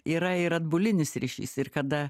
yra ir atbulinis ryšys ir kada